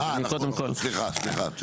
אה, נכון, סליחה, סליחה.